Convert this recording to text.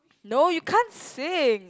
no you can't sing